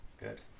Good